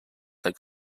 lake